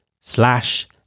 slash